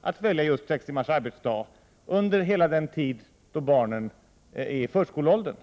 att välja just sex timmars arbetsdag under hela den tid då barnen är i förskoleåldern.